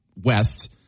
West